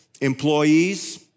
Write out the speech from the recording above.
employees